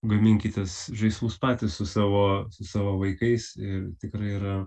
gaminkitės žaislus patys su savo su savo vaikais i tikrai yra